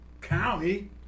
county